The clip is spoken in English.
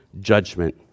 judgment